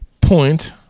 point